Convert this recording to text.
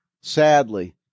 Sadly